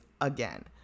again